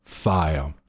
file